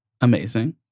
amazing